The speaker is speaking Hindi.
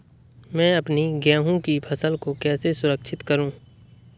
मैं अपनी गेहूँ की फसल को कैसे सुरक्षित करूँ?